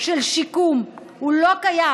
של שיקום, הוא לא קיים.